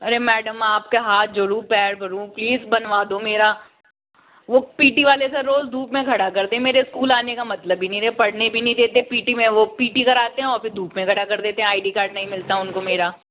अरे मैडम आपके हाथ जोरू पैर परू प्लीज बनवा दो मेरा वो पी टी वाले सर रोज धूप में खड़ा करते हैं मेरे स्कूल आने का मतलब ही नहीं है पढ़ने भी नहीं देते पी टी में वो पी टी कराते हैं और फिर धूप में खड़ा कर देते हैं आई डी कार्ड नहीं मिलता उनको मेरा